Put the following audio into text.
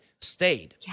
stayed